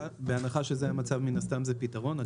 בהנחה שזה המצב, מן הסתם זה פתרון.